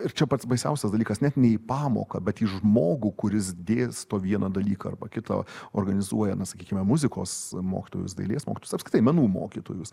ir čia pats baisiausias dalykas net ne į pamoką bet į žmogų kuris dėsto vieną dalyką arba kitą organizuoja na sakykime muzikos mokytojus dailės mokytojus apskritai menų mokytojus